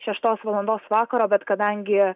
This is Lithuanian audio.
šeštos valandos vakaro bet kadangi